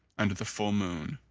under the full moon,